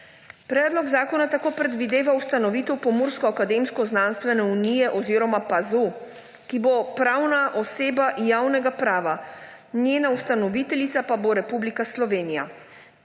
Predlog zakona tako predvideva ustanovitev Pomurske akademsko-znanstvene unije oziroma PAZU, ki bo pravna oseba javnega prava, njena ustanoviteljica pa bo Republika Slovenija.